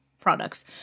products